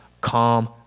calm